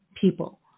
people